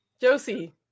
Josie